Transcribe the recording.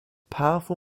powerful